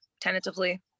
tentatively